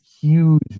huge